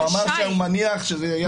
הוא אמר שהוא מניח שזה יהיה.